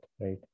right